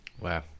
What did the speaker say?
Wow